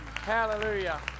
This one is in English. Hallelujah